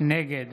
נגד